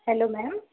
hello ma'am